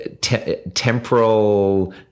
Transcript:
temporal